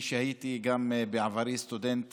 כמי שהייתי בעברי סטודנט